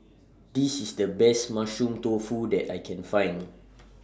This IS The Best Mushroom Tofu that I Can Find